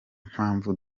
mpamvu